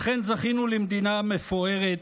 אכן זכינו למדינה מפוארת,